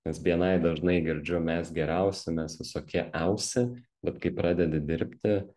nes bni dažnai girdžiu mes geriausi mes visokie iausi bet kai pradedi dirbti